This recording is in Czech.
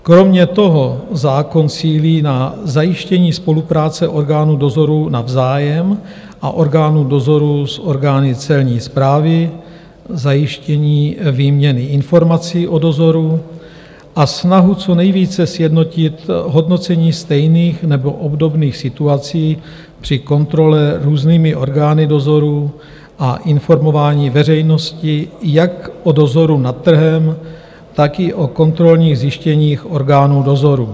Kromě toho zákon cílí na zajištění spolupráce orgánů dozoru navzájem a orgánů dozoru s orgány Celní správy, zajištění výměny informací o dozoru a snahu co nejvíce sjednotit hodnocení stejných nebo obdobných situací při kontrole různými orgány dozoru a informování veřejnosti jak o dozoru nad trhem, tak i o kontrolních zjištěních orgánů dozoru.